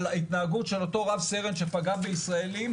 על ההתנהגות של אותו רב סרן שפגע בישראלים.